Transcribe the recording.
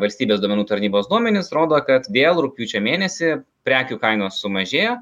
valstybės duomenų tarnybos duomenys rodo kad vėl rugpjūčio mėnesį prekių kainos sumažėjo